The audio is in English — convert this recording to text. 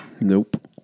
Nope